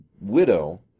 Widow